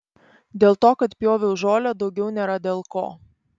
dėl to kad pjoviau žolę daugiau nėra dėl ko